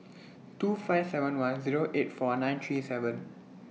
two five seven one Zero eight four nine three seven